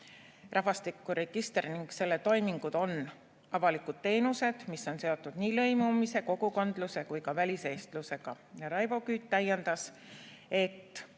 Rahvastikuregister ning selle toimingud on avalikud teenused, mis on seotud nii lõimumise, kogukondluse kui ka väliseestlusega. Raivo Küüt täiendas, et